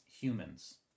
humans